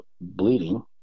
bleeding